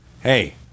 Hey